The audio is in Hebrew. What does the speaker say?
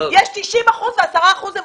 יש 90 אחוזים ו-10 אחוזים.